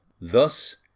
Thus